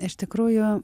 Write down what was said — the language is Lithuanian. iš tikrųjų